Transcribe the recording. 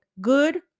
good